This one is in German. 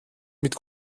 mit